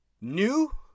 New